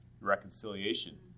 reconciliation